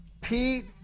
Pete